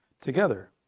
together